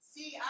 See